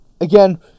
Again